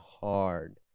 hard